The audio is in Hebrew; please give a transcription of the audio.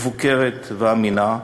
מבוקרת ואמינה,